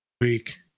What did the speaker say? week